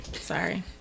sorry